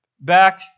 Back